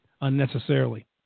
unnecessarily